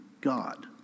God